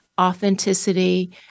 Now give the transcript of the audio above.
authenticity